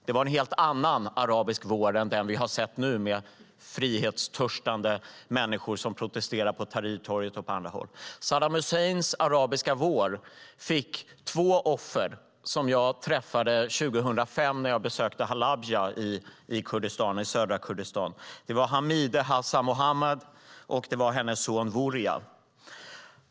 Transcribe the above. Det var en helt annan arabisk vår än den vi har sett nu med frihetstörstande människor som protesterar på Tahrirtorget och på andra håll. Två av offren för Saddam Husseins arabiska vår träffade jag 2005 när jag besökte Halabja i södra Kurdistan. Det var Hamide Hassan Mohammad och hennes son Woria.